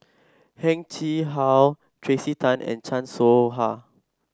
Heng Chee How Tracey Tan and Chan Soh Ha